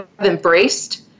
embraced